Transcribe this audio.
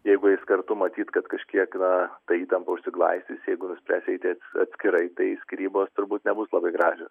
jeigu eis kartu matyt kad kažkiek na ta įtampa užsiglaistys jeigu nuspręs eiti atskirai tai skyrybos turbūt nebus labai gražios